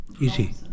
Easy